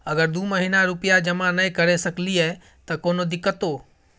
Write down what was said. अगर दू महीना रुपिया जमा नय करे सकलियै त कोनो दिक्कतों?